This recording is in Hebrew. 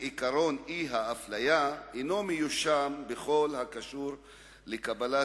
עקרון אי-האפליה אינו מיושם בכל הקשור לקבלת